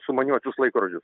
sumaniuosius laikrodžiu